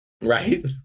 Right